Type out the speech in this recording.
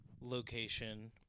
location